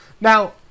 Now